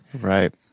Right